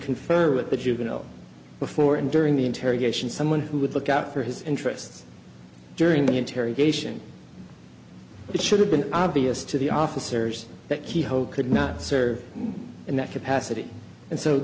confer with the juvenile before and during the interrogation someone who would look out for his interests during the interrogation but it should have been obvious to the officers that keyhole could not serve in that capacity and so